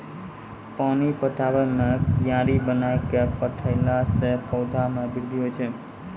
पानी पटाबै मे कियारी बनाय कै पठैला से पौधा मे बृद्धि होय छै?